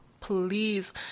please